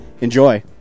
Enjoy